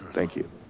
thank you.